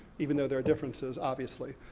even though there are differences, obviously.